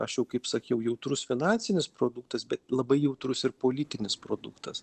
aš jau kaip sakiau jautrus finansinis produktas bet labai jautrus ir politinis produktas